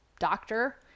doctor